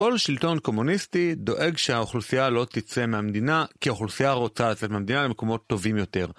כל שלטון קומוניסטי דואג שהאוכלוסייה לא תצא מהמדינה כי האוכלוסייה רוצה לצאת מהמדינה למקומות טובים יותר.